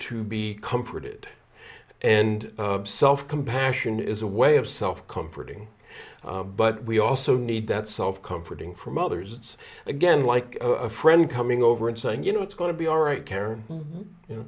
to be comforted and self compassion is a way of self comforting but we also need that self comforting from others again like a friend coming over and saying you know it's going to be all right karen you know